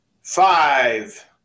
five